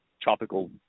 tropical